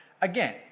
again